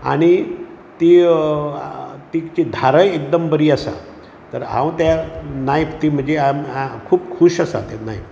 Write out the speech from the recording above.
आनी ती आ तीची धारय एकदम बरी आसा तर हांव त्या नायफ ती म्हजी आम आ खूब खूश आसा केन्नाय